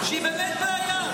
שהיא באמת בעיה,